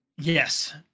Yes